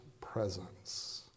presence